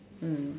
mm